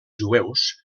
jueus